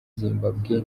zimbabwe